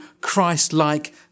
Christ-like